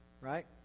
right